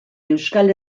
euskal